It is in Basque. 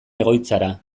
egoitzara